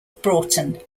broughton